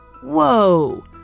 Whoa